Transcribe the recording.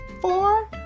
four